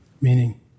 meaning